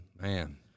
Man